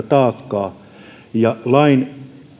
sysätä sellaista taakkaa ja lain